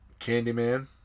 Candyman